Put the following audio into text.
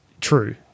true